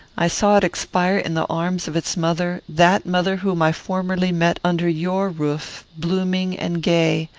i saw it expire in the arms of its mother that mother whom i formerly met under your roof blooming and gay,